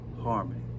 harmony